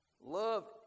Love